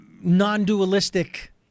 non-dualistic